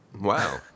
Wow